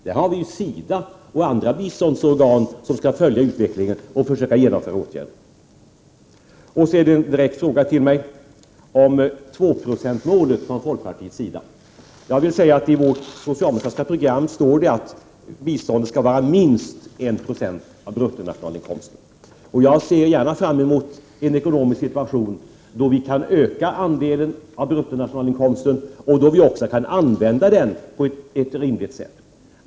Där har vi SIDA och andra biståndsorgan som skall följa utvecklingen och försöka genomföra åtgärder. Folkpartiet har ställt en direkt fråga till mig om tvåprocentsmålet. Det står i vårt socialdemokratiska program att biståndet skall vara minst 1 90 av bruttonationalinkomsten. Jag ser gärna fram emot en ekonomisk situation som innebär att vi kan öka biståndsandelen av bruttonationalinkomsten och att vi även kan använda den på ett rimligt sätt.